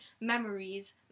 memories